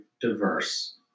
diverse